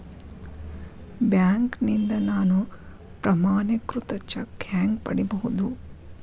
ಬ್ಯಾಂಕ್ನಿಂದ ನಾನು ಪ್ರಮಾಣೇಕೃತ ಚೆಕ್ ಹ್ಯಾಂಗ್ ಪಡಿಬಹುದು?